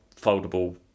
foldable